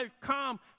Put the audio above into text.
come